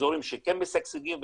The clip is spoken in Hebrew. באזורים שכן משגשגים,